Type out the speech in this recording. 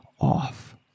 off